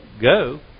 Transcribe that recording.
go